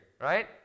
right